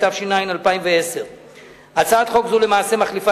התש"ע 2010. הצעת חוק זו למעשה מחליפה